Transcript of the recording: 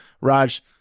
Raj